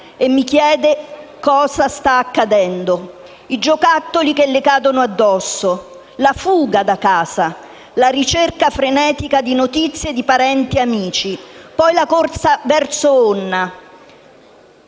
e mi chiede che cosa sta accadendo, i giocattoli che le cadono addosso, la fuga da casa, la ricerca frenetica di notizie di parenti e amici. Poi la corsa verso Onna